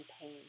pain